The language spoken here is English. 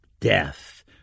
Death